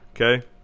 Okay